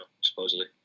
supposedly